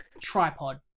tripod